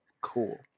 cool